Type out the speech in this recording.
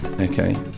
okay